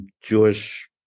jewish